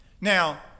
Now